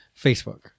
Facebook